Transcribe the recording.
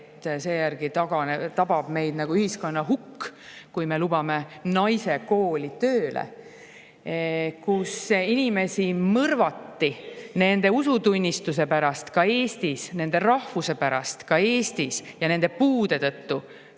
seejärel tabab meid ühiskonna hukk, kui me lubame naise kooli tööle. Kui inimesi mõrvati nende usutunnistuse pärast, ka Eestis, nende rahvuse pärast, ka Eestis, ja nende puude tõttu,